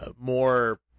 more